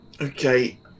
Okay